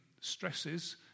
stresses